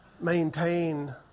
maintain